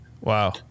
Wow